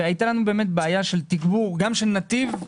והייתה לנו באמת בעיה של תגבור גם של נתיב,